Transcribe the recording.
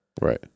Right